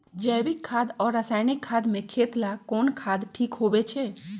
जैविक खाद और रासायनिक खाद में खेत ला कौन खाद ठीक होवैछे?